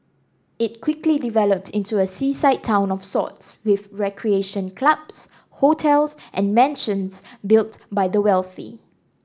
it quickly developed into a seaside town of sorts with recreation clubs hotels and mansions built by the wealthy